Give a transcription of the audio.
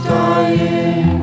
dying